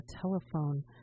telephone